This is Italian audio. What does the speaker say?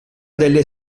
delle